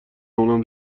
اونم